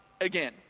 again